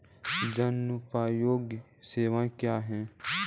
जनोपयोगी सेवाएँ क्या हैं?